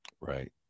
Right